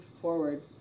forward